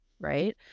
right